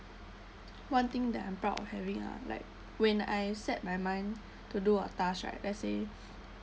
one thing that I'm proud of having uh like when I set my mind to do a task right let's say